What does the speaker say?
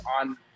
on